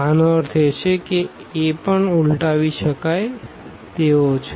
આનો અર્થ એ કે આ A પણ ઉલટાવી શકાય તેવો છે